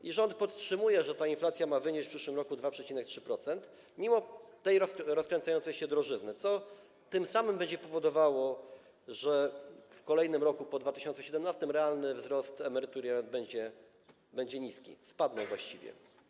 I rząd podtrzymuje, że ta inflacja ma wynieść w przyszłym roku 2,3% mimo tej rozkręcającej się drożyzny, co tym samym będzie powodowało, że w kolejnym roku po roku 2017 realny wzrost emerytur będzie niski, spadną właściwie.